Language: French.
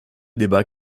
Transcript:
débat